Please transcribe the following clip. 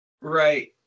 Right